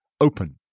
open